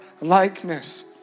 likeness